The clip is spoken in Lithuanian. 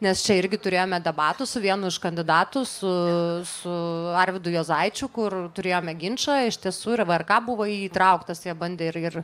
nes čia irgi turėjome debatų su vienu iš kandidatų su su arvydu juozaičiu kur turėjome ginčą iš tiesų ir vrk buvo į jį įtrauktas jie bandė ir ir